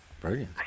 brilliant